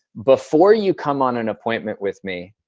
before you come on an appointment with me,